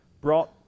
brought